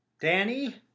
Danny